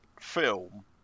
film